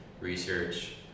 research